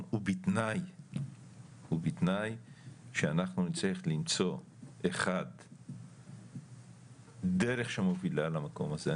ובתנאי שאנחנו נצטרך למצוא אחד דרך שמובילה למקום הזה,